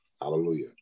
hallelujah